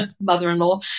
mother-in-law